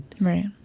Right